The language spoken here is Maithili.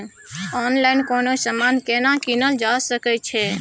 ऑनलाइन कोनो समान केना कीनल जा सकै छै?